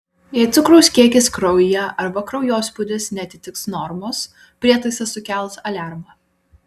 jei cukraus kiekis kraujyje arba kraujospūdis neatitiks normos prietaisas sukels aliarmą